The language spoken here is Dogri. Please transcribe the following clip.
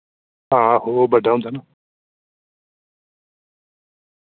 आहो ओ बड्डा होंदा ना